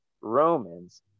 Romans